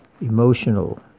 emotional